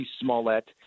Smollett